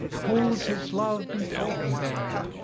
holds his love before him there,